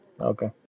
Okay